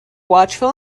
watchful